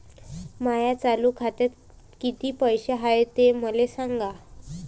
माया चालू खात्यात किती पैसे हाय ते मले सांगा